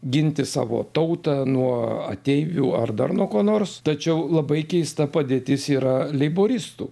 ginti savo tautą nuo ateivių ar dar nuo ko nors tačiau labai keista padėtis yra leiboristų